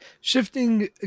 shifting